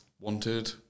wanted